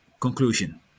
conclusion